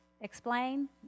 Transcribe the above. explain